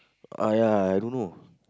ah ya I don't know